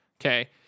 okay